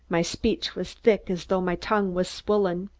my speech was thick, as though my tongue was swollen.